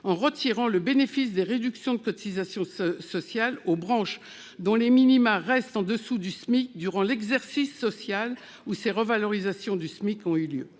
en retirant le bénéfice des réductions de cotisations sociales aux branches dont les minima restent en dessous du SMIC durant l'exercice social où ces revalorisations du SMIC ont eu lieu.